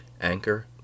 Anchor